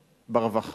הרווחה.